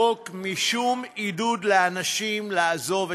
אני יודע שעניין הבגידה והפרת אמונים זה עניין מעורפל,